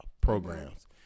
programs